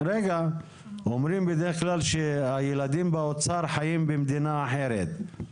אומרים בדרך כלל שהילדים באוצר חיים במדינה אחרת,